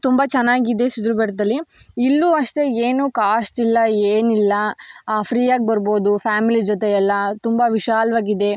ತುಂಬ ಚೆನ್ನಾಗಿದೆ ಸಿದ್ಧರ ಬೆಟ್ಟದಲ್ಲಿ ಇಲ್ಲೂ ಅಷ್ಟೇ ಏನೂ ಕಾಸ್ಟ್ ಇಲ್ಲ ಏನಿಲ್ಲ ಫ್ರೀಯಾಗಿ ಬರ್ಬೋದು ಫ್ಯಾಮಿಲಿ ಜೊತೆ ಎಲ್ಲ ತುಂಬ ವಿಶಾಲವಾಗಿದೆ